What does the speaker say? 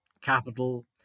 capital